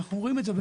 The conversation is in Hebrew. אנחנו רואים את זה.